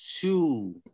two